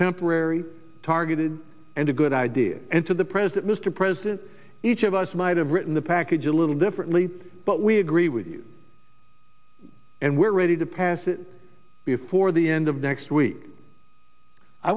temporary targeted and a good idea and to the president mr president each of us might have written the package a little differently but we agree with you and we're ready to pass it before the end of next week i